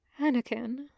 Anakin